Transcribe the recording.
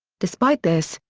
despite this,